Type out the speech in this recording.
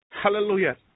Hallelujah